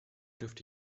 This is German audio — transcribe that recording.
dürfte